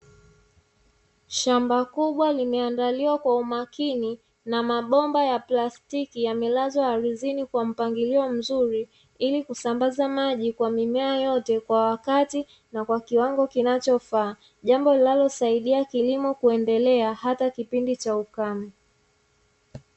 Shamba kubwa limeandaliwa kwa umakini na mabomba ya plastiki yamelazwa ardhini kwa mpangilio mzuri, ili kusambaza maji kwa mimea yote kwa wakati na kwa kiwango kinachofaa. Jambo linalosaidia kilimo kuendelea hata kipindi cha ukame.